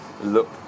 look